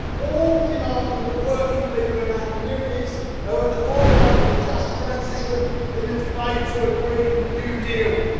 all demanding that working people in our communities are at the forefront of a just transition in the debate to a green new deal.